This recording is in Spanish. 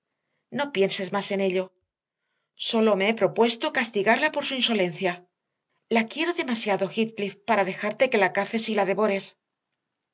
no pienses más en ello sólo me he propuesto castigarla por su insolencia la quiero demasiado heathcliff para dejarte que la caces y la devores